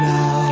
Now